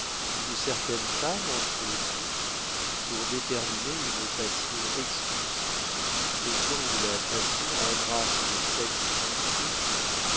une certaine femme entre toutes pour déterminer une passion exclusive au temps où la passion embrasse le sexe entier